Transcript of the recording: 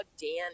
Danny